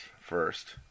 first